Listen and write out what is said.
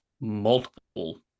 multiple